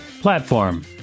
Platform